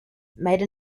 made